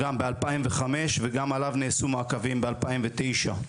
גם ב-2005 וגם עליו נעשו מעקבים ב-2009.